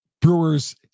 Brewers